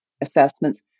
assessments